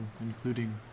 including